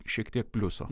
šiek tiek pliusų